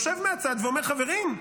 יושב מהצד ואומר: חברים,